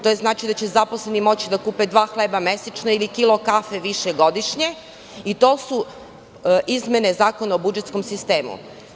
To znači da će zaposleni moći da kupe dva hleba mesečno ili kilo kafe više godišnje i to su izmene Zakona o budžetskom sistemu.